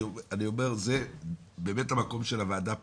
אני אומר זה באמת המקום של הועדה פה,